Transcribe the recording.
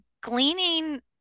gleaning